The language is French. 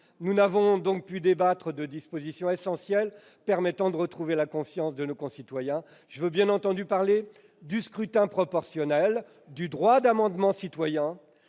Nous n'avons donc pu débattre de dispositions essentielles permettant de retrouver la confiance de nos concitoyens. Je veux bien entendu parler du scrutin proportionnel, du droit d'amendement citoyen,